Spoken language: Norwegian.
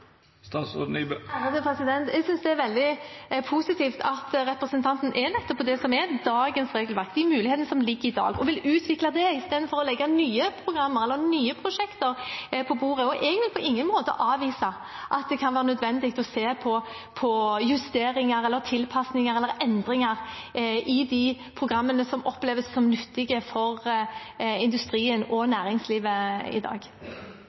Jeg synes det er veldig positivt at representanten tar opp dagens regelverk, de mulighetene som foreligger i dag, og vil utvikle det istedenfor å legge nye programmer eller nye prosjekter på bordet. Jeg vil på ingen måte avvise at det kan være nødvendig å se på justeringer, tilpasninger eller endringer i de programmene som oppleves som nyttige for industrien og næringslivet i dag.